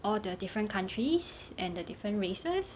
all the different countries and the different races